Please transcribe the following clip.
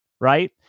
right